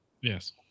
Yes